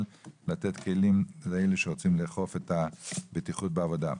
לתת כלים לאלה שרוצים לאכוף את הבטיחות בעבודה.